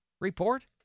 report